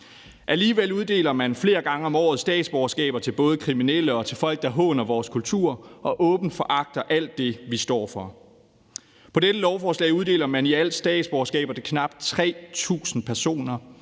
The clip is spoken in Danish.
Alligevel uddeler man flere gange om året statsborgerskaber til både kriminelle og folk, der håner vores kultur og åbent foragter alt det, vi står for. På dette lovforslag uddeler man i alt statsborgerskaber til knap 3.000 personer